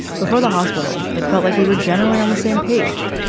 before the hospital it felt like we were generally on the same page.